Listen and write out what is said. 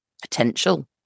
potential